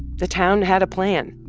the town had a plan,